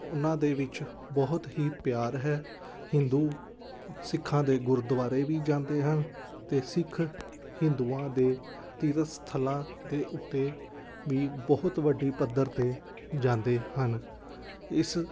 ਉਹਨਾਂ ਦੇ ਵਿੱਚ ਬਹੁਤ ਹੀ ਪਿਆਰ ਹੈ ਹਿੰਦੂ ਸਿੱਖਾਂ ਦੇ ਗੁਰਦੁਆਰੇ ਵੀ ਜਾਂਦੇ ਹਨ ਅਤੇ ਸਿੱਖ ਹਿੰਦੂਆਂ ਦੇ ਤੀਰਥ ਸਥਲਾਂ ਦੇ ਉੱਤੇ ਵੀ ਬਹੁਤ ਵੱਡੀ ਪੱਧਰ 'ਤੇ ਜਾਂਦੇ ਹਨ ਇਸ